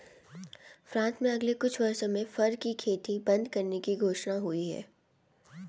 France में अगले कुछ वर्षों में फर की खेती बंद करने की घोषणा हुई है